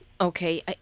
okay